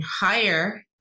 higher